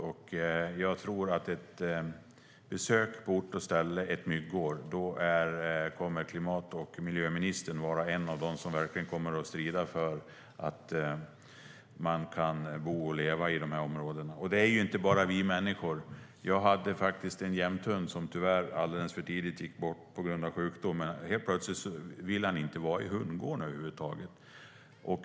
Och jag tror att efter ett besök på ort och ställe under ett myggår kommer klimat och miljöministern att vara en av dem som verkligen strider för att man ska kunna bo och leva i de här områdena. Det handlar inte bara om oss människor. Jag hade en jämthund - tyvärr gick den bort alldeles för tidigt på grund av sjukdom - som helt plötsligt inte ville vara i hundgården över huvud taget.